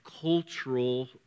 cultural